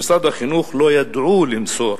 במשרד החינוך לא ידעו למסור